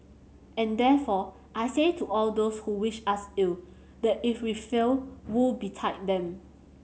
and therefore I say to all those who wish us ill that if we fail woe betide them